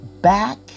back